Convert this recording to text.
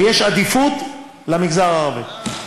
ויש עדיפות למגזר הערבי.